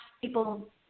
people